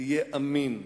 תהיה אמין.